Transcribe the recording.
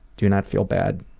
do not feel bad.